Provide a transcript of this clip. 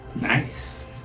Nice